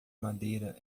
madeira